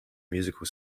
musical